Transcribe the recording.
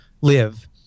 live